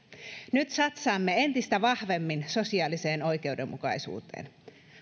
nyt satsaamme entistä vahvemmin sosiaaliseen oikeudenmukaisuuteen